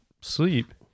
sleep